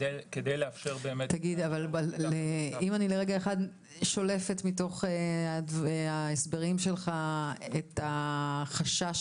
אם אני שולפת מתוך ההסברים שלך את החשש,